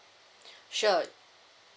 sure